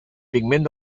pigment